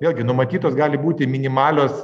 vėlgi numatytos gali būti minimalios